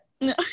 no